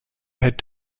head